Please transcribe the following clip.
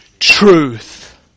Truth